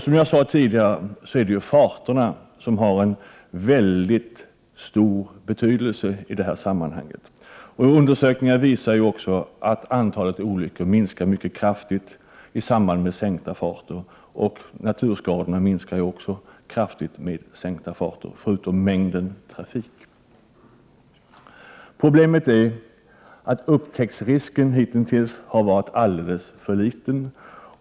Som jag sade tidigare har farterna en väldigt stor betydelse i detta sammanhang. Undersökningar visar att antalet olyckor minskar mycket kraftigt i samband med sänkta farter. Naturskadorna minskar också mycket kraftigt i samband med sänkta farter. Mängden trafik spelar också en roll. Ett annat problem är att risken för upptäckt hittills har varit alldeles för — Prot. 1988/89:124 liten.